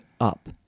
up